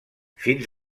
fins